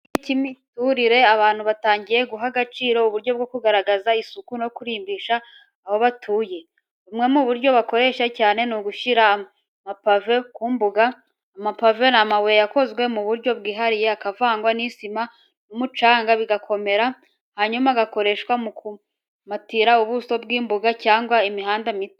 Mu gihe cy’iterambere ry’imiturire, abantu batangiye guha agaciro uburyo bwo kugaragaza isuku no kurimbisha aho batuye. Bumwe mu buryo bukoreshwa cyane ni ugushyira amapave mu mbuga. Amapave ni amabuye yakozwe mu buryo bwihariye, akavangwa n’isima n’umucanga bigakomerera, hanyuma agakoreshwa mu kubumbatira ubuso bw’imbuga cyangwa imihanda mito.